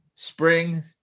Spring